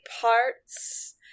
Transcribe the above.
parts